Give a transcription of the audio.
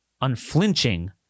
unflinching